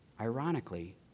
ironically